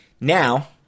Now